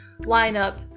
lineup